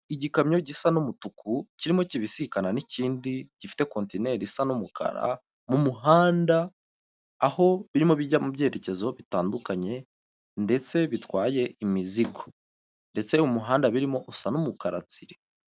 Igikamyo gisa n'umutuku kirimo kibisikana n'ikindi gifite kontineri isa n'umukara mu muhanda aho birimo bijya mu byerekezo bitandukanye ndetse bitwaye imizigo ndetse mu muhanda birimo usa n'umukara tsiri.